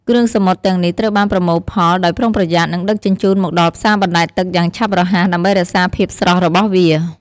គ្រឿងសមុទ្រទាំងនេះត្រូវបានប្រមូលផលដោយប្រុងប្រយ័ត្ន និងដឹកជញ្ជូនមកដល់ផ្សារបណ្តែតទឹកយ៉ាងឆាប់រហ័ស ដើម្បីរក្សាភាពស្រស់របស់វា។